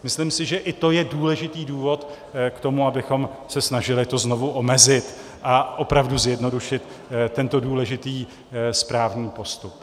Myslím si, že i to je důležitý důvod k tomu, abychom se snažili to znovu omezit a opravdu zjednodušit tento důležitý správní postup.